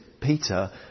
Peter